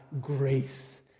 grace